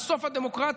על סוף הדמוקרטיה,